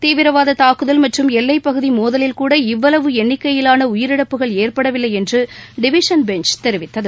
தீவிரவாத தாக்குதல் மற்றும் எல்லைப்பகுதி மோதலில்கூட இவ்வளவு எண்ணிக்கையிலான உயிரிழப்புகள் ஏற்படவில்லை என்று டிவிஷன் பெஞ்ச் தெரிவித்தது